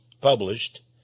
published